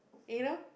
you know